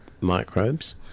microbes